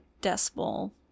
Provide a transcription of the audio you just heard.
decimal